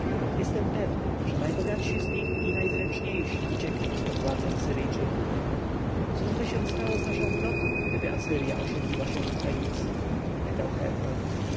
jestem pewny że najbogatsi z nich i najzręczniejsi uciekną z pod władzy asyryjczyków cóżby się stało z naszą flotą gdyby asyrja osiedliła się w fenicji pytał herhor